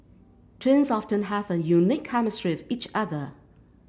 twins often have a unique chemistry with each other